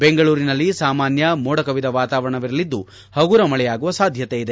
ಬೆಂಗಳೂರಿನಲ್ಲಿ ಸಾಮಾನ್ಯ ಮೋಡ ಕವಿದ ವಾತಾವರಣವಿರಲಿದ್ದು ಹಗುರ ಮಳೆಯಾಗುವ ಸಾಧ್ಯತೆ ಇದೆ